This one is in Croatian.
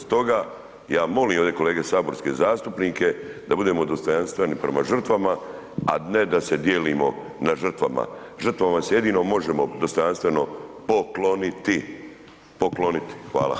Stoga ja molim ovdje kolege saborske zastupnike, da budemo dostojanstveni prema žrtvama a ne da se dijelimo na žrtvama, žrtvama se jedino možemo dostojanstveno pokloniti, pokloniti, hvala.